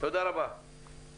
תודה, איתי.